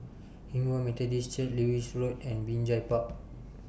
Hinghwa Methodist Church Lewis Road and Binjai Park